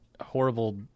horrible